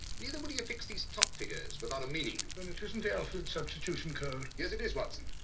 neither would he have fixed these top figures without a meaning. then it isn't the alphabet substitution code. yes it is, watson,